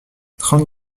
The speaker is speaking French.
trente